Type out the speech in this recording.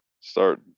start